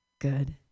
good